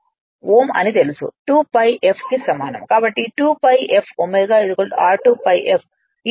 Ω అని తెలుసు 2 pi f కి సమానం కాబట్టి 2 pi fω r2 pi f ఈ L ω L